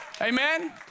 Amen